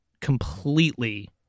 completely